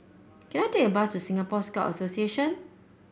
can I take a bus to Singapore Scout Association